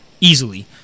easily